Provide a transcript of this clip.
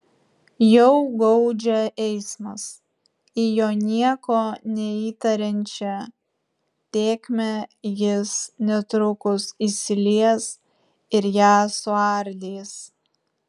jau gaudžia eismas į jo nieko neįtariančią tėkmę jis netrukus įsilies ir ją suardys